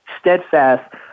steadfast